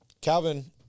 Calvin